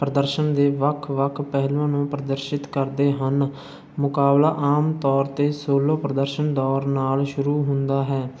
ਪ੍ਰਦਰਸ਼ਨ ਦੇ ਵੱਖ ਵੱਖ ਪਹਿਲੂਆਂ ਨੂੰ ਪ੍ਰਦਰਸ਼ਿਤ ਕਰਦੇ ਹਨ ਮੁਕਾਬਲਾ ਆਮ ਤੌਰ 'ਤੇ ਸੋਲੋ ਪ੍ਰਦਰਸ਼ਨ ਦੌਰ ਨਾਲ ਸ਼ੁਰੂ ਹੁੰਦਾ ਹੈ